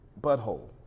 butthole